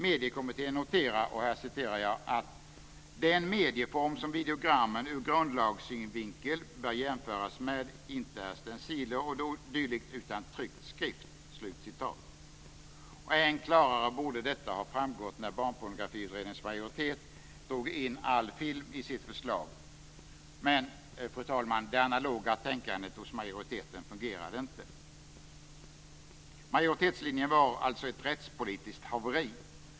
Mediekommittén noterar att "den medieform som videogrammen ur grundlagsskyddssynvinkel bör jämföras med inte är stenciler o.d. utan tryckt skrift". Än klarare borde detta ha framgått när Barnpornografiutredningens majoritet drog in all film i sitt förslag. Men, fru talman, det analoga tänkandet hos majoriteten fungerade inte. Majoritetslinjen var alltså ett rättspolitiskt haveri.